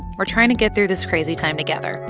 we're trying to get through this crazy time together.